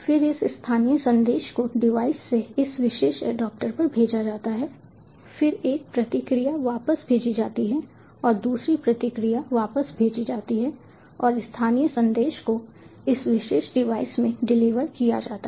फिर इस स्थानीय संदेश को डिवाइस से इस विशेष एडेप्टर पर भेजा जाता है फिर एक प्रतिक्रिया वापस भेजी जाती है और दूसरी प्रतिक्रिया वापस भेजी जाती है और स्थानीय संदेश को इस विशेष डिवाइस में डिलीवर किया जाता है